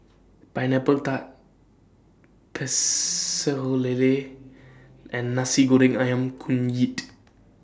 Pineapple Tart Pecel Lele and Nasi Goreng Ayam Kunyit